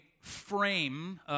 frame